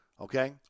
Okay